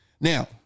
Now